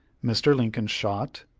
mr. lincoln shot!